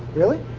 really?